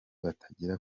batagira